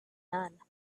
none